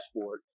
sport